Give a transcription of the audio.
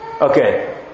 Okay